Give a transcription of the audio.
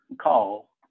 call